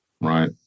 Right